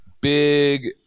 big